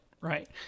right